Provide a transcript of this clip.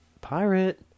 pirate